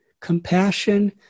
Compassion